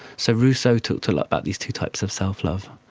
so rousseau talked a lot about these two types of self-love.